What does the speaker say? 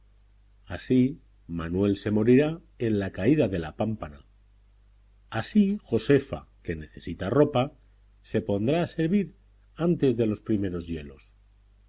así manuel se morirá en la caída de la pámpana así josefa que necesita ropa se pondrá a servir antes de los primeros hielos